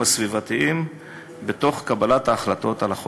הסביבתיים בתוך קבלת ההחלטות על החוק.